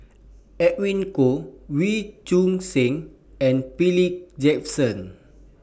Edwin Koek Wee Choon Seng and Philip Jackson